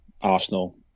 Arsenal